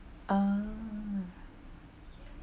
ah